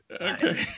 Okay